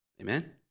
Amen